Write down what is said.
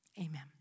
Amen